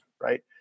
Right